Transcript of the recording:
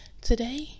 Today